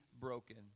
broken